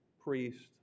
priest